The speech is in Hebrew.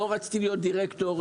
לא רציתי להיות דירקטור,